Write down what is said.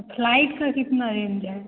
और फ्लाइट का कितना रेंज है